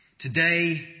Today